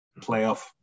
playoff